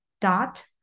dot